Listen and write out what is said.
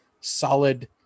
solid